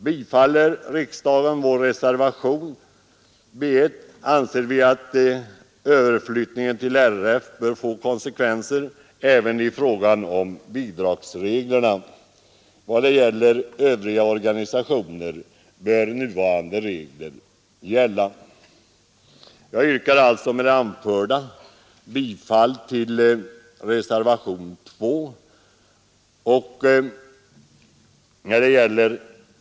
Bifaller riksdagen reservation B 1, anser vi att överflyttningen till RF bör få konsekvenser även i fråga om bidragsreglerna. I vad gäller övriga organisationer bör nuvarande regler gälla. Jag yrkar med det anförda bifall till reservationen B 2.